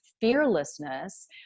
fearlessness